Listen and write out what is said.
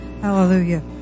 hallelujah